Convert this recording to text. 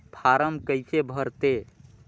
Form कइसे भरते?